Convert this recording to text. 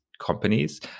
companies